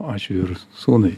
ačiū ir sūnui